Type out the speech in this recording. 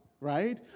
right